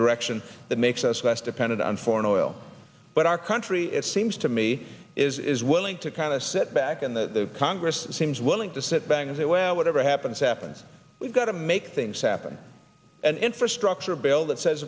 direction that makes us less dependent on foreign oil but our country it seems to me is willing to kind of sit back in the congress seems willing to sit back and say well whatever happens happens we've got to make things happen an infrastructure bill that says